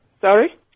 Sorry